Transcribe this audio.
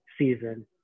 season